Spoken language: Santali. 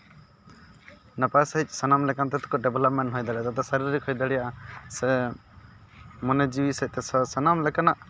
ᱱᱟᱯᱟᱭ ᱥᱟᱺᱦᱤᱡ ᱥᱟᱱᱟᱢ ᱞᱮᱠᱟᱱ ᱱᱤᱛᱚᱜ ᱛᱮᱠᱚ ᱰᱮᱵᱞᱚᱯᱢᱮᱱᱴ ᱦᱩᱭ ᱫᱟᱲᱮᱭᱟᱜᱼᱟ ᱛᱟᱛᱮ ᱥᱟᱨᱤᱨᱤᱠ ᱦᱩᱭ ᱫᱟᱲᱭᱟᱜᱼᱟ ᱥᱮ ᱢᱚᱱᱮ ᱡᱤᱣᱤ ᱥᱮᱡ ᱛᱮ ᱥᱟᱱᱟᱢ ᱞᱮᱠᱟᱱᱟᱜ